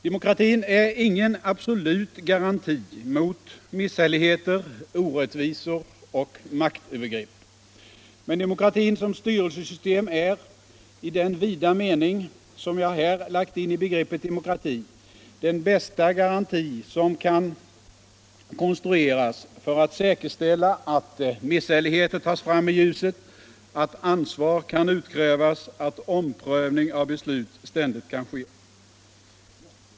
Demokratin är ingen absolut garanti mot misshälligheter, orättvisor och maktövergrepp. Men demokratin som styrelsesystem är — i den vida mening som jag här lagt in i begreppet demokrati — den bästa garantin som kan konstrueras för att säkerställa att misshälligheter tas fram i ljuset, att ansvar kan utkrävas, att omprövning av beslut ständigt kan ske.